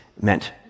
meant